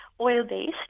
oil-based